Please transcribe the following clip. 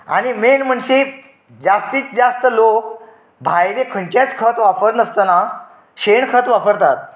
आनी मेन म्हणशीत जास्तीत जास्त लोक भायलें खंयचेंच खत वापरनासतना शेण खत वापरतात